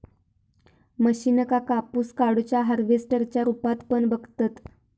मशीनका कापूस काढुच्या हार्वेस्टर च्या रुपात पण बघतत